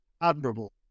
admirable